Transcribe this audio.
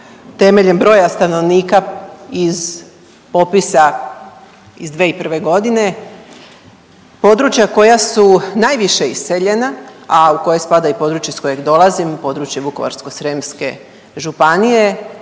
temeljem broja stanovnika iz opisa iz 2001. godine područja koja su najviše iseljena, a u koje spada i područje iz kojeg dolazim, područje Vukovarsko-srijemske županije